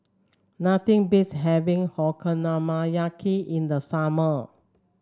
nothing beats having Okonomiyaki in the summer